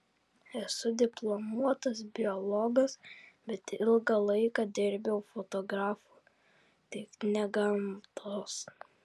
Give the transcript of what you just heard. esu diplomuotas biologas bet ilgą laiką dirbau fotografu tik ne gamtos